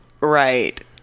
Right